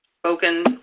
spoken